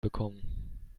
bekommen